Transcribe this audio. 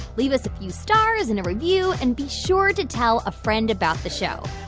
leave us a few stars and a review and be sure to tell a friend about the show.